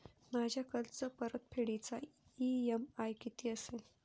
माझ्या कर्जपरतफेडीचा इ.एम.आय किती असेल?